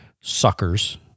suckers